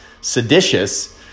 seditious